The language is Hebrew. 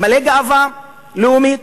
מלא גאווה לאומית,